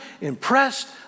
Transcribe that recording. impressed